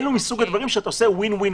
זה סוג הדברים שהם Win-Win-Win.